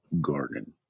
garden